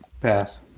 Pass